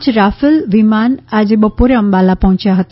પાંચ રાફેલ વિમાન આજે બપોરે અંબાલા પહોંચ્યા હતા